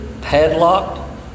padlocked